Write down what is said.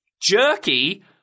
jerky